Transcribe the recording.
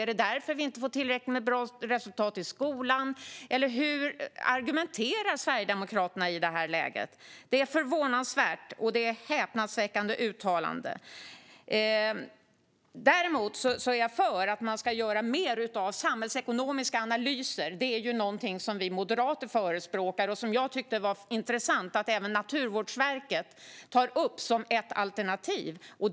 Är det därför vi inte får tillräckligt bra resultat i skolan? Hur argumenterar Sverigedemokraterna i det läget? Det är förvånansvärt, och det var ett häpnadsväckande uttalande. Jag är för att göra mer av samhällsekonomiska analyser. Det är något som vi moderater förespråkar. Jag tycker att det är intressant att även Naturvårdsverket tar upp en sådan analys som ett alternativ.